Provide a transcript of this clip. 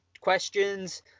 questions